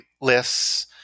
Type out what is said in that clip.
lists –